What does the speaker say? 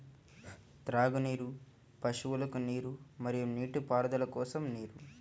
త్రాగునీరు, పశువులకు నీరు మరియు నీటిపారుదల కోసం నీరు